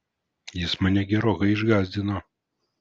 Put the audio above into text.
jis mane gerokai išgąsdino